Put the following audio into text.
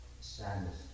sadness